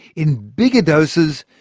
in bigger doses,